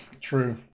True